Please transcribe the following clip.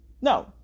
No